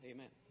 Amen